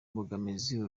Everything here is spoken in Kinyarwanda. mbogamizi